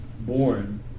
born